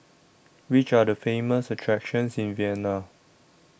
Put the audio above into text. Which Are The Famous attractions in Vienna